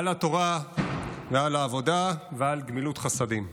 על התורה ועל העבודה ועל גמילות חסדים".